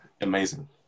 amazing